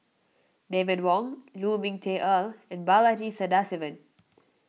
David Wong Lu Ming Teh Earl and Balaji Sadasivan